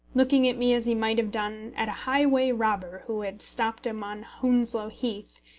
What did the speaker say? looking at me as he might have done at a highway robber who had stopped him on hounslow heath,